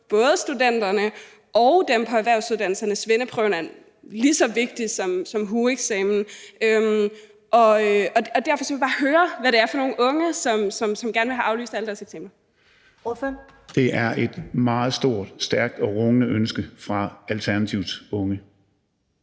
både studenterne og dem på erhvervsuddannelserne. Svendeprøven er jo lige så vigtig som hueeksamenen. Derfor vil jeg bare høre, hvad det er for nogle unge, som gerne vil have aflyst alle deres eksamener. Kl. 13:31 Første næstformand (Karen Ellemann):